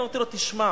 אמרתי לו: תשמע,